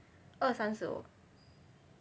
二三四五